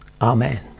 amen